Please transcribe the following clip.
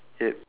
it